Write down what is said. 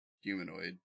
humanoid